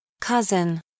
cousin